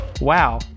Wow